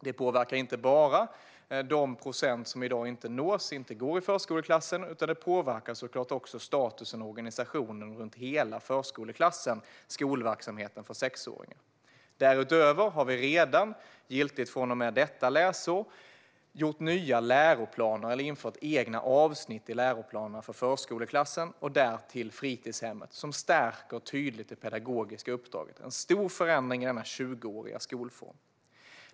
Det påverkar inte bara de procent som i dag inte går i förskoleklasser, utan det påverkar såklart också statusen och organisationen runt hela förskoleklassen, skolverksamheten för sexåringar. Därutöver har vi redan från och med detta läsår infört egna avsnitt i läroplanerna för förskoleklassen och därtill för fritidshemmen. De stärker tydligt det pedagogiska uppdraget. Det är en stor förändring av denna 20-åriga skolform.